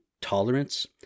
tolerance